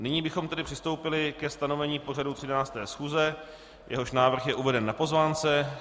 Nyní bychom přistoupili ke stanovení pořadu 13. schůze, jehož návrh je uveden na pozvánce.